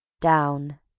down